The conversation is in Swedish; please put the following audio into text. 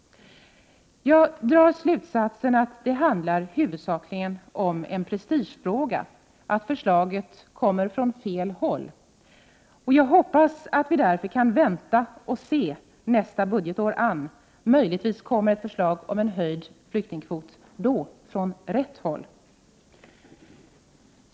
Jag drar slutsatsen att det huvudsakligen är en prestigefråga, att förslaget kommer från fel håll. Jag hoppas därför att vi kan vänta och se nästa budgetår an. Möjligen kommer ett förslag om en höjning av flyktingkvoten då, från rätt håll.